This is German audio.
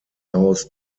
aus